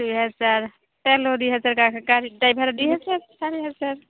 দুই হেজাৰ তেলো দুই হাজাৰ ড্ৰাইভাৰ দুই হেজাৰ চাৰি হেজাৰ